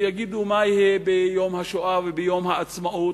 ויגידו: מה יהיה ביום השואה וביום העצמאות?